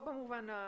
לא רק במובן הכלכלי,